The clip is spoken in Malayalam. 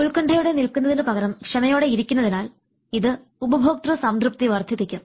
ഉൽക്കണ്ഠയോടെ നിൽക്കുന്നതിനു പകരം ക്ഷമയോടെ ഇരിക്കുന്നതിനാൽ ഇത് ഉപഭോക്തൃ സംതൃപ്തി വർദ്ധിപ്പിക്കും